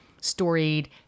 storied